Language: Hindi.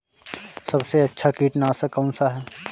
सबसे अच्छा कीटनाशक कौनसा है?